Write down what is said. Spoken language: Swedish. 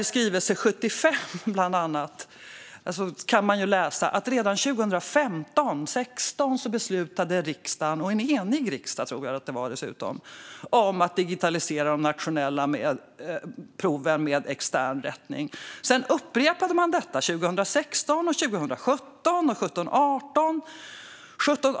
I skrivelse 75, bland annat, kan man läsa att riksdagen redan 2015 18.